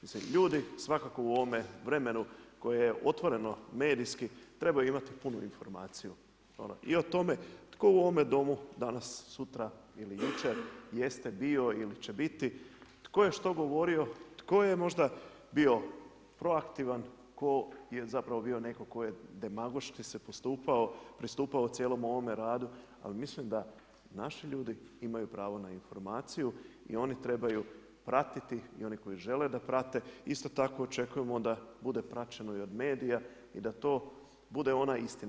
Mislim ljudi svakako u ovome vremenu koje je otvoreno medijski trebaju imati punu informaciju i o tome tko u ovome Domu danas sutra ili jučer jeste bio ili će biti, tko je što govorio, tko je možda bio proaktivan, tko je zapravo bio netko tko je demagoški pristupao u cijelom ovom radu, ali mislim da naši ljudi imaju pravo na informaciju i oni trebaju pratiti i oni koji žele prate, isto tako očekujemo da bude praćeno i od medija i da to bude ona istina.